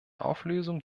auflösung